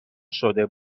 شده